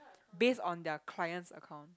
based on their client's account